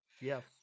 yes